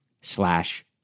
slash